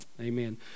Amen